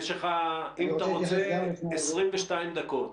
אם אתה רוצה, יש לך 22 דקות.